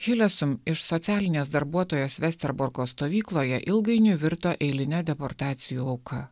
hilesum iš socialinės darbuotojos vesterborko stovykloje ilgainiui virto eiline deportacijų auka